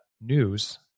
news